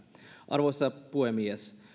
arvoisa puhemies